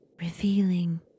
Revealing